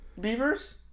beavers